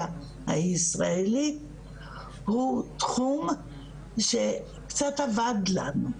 הישראלית הוא תחום שקצת אבד לנו,